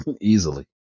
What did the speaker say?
Easily